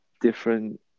different